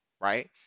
Right